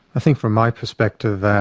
i think from my perspective,